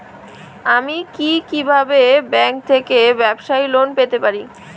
আমি কি কিভাবে ব্যাংক থেকে ব্যবসায়ী লোন পেতে পারি?